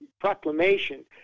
proclamation